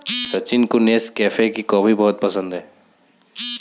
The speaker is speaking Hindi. सचिन को नेस्कैफे की कॉफी बहुत पसंद है